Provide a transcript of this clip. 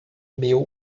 meu